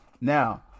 Now